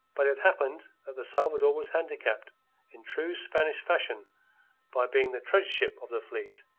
but it happened that the salvador was handicapped in true spanish fashion by being the treasure-ship of the fleet,